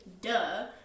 duh